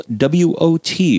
WOT